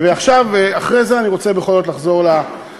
ועכשיו, אחרי זה אני רוצה בכל זאת לחזור להתחלה.